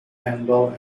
handball